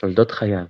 תולדות חייו